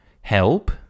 Help